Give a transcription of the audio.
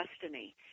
destiny